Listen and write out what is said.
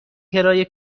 کرایه